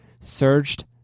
surged